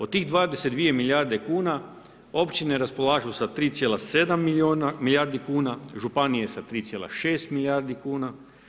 Od tih 22 milijarde kuna općine raspolažu sa 3,7 milijardi kuna, županije sa 3,6 milijardi kuna.